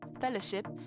fellowship